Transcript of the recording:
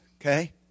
okay